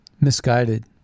misguided